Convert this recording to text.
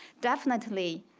definitely,